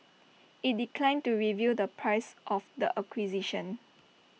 IT declined to reveal the price of the acquisition